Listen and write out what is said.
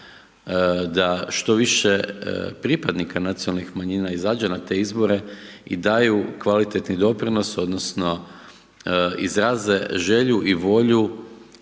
da što više pripadnika nacionalnih manjina izađe na izbore i daju kvalitetni doprinos, odnosno, izraze želju i volju,